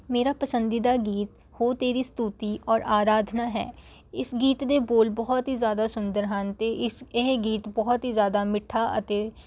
ਮੇਰਾ ਪਸੰਦੀਦਾ ਗੀਤ ਹੋ ਤੇਰੀ ਸਤੁਤੀ ਔਰ ਅਰਾਧਨਾ ਹੈ ਇੱਥੇ ਗੀਤ ਦੇ ਬੋਲ ਬਹੁਤ ਹੀ ਜ਼ਿਆਦਾ ਸੁੰਦਰ ਹਨ ਅਤੇ ਇਸ ਇਹ ਗੀਤ ਬਹੁਤ ਹੀ ਜ਼ਿਆਦਾ ਮਿੱਠਾ ਅਤੇ